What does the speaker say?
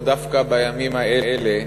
או דווקא בימים האלה,